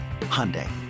Hyundai